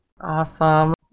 Awesome